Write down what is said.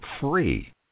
free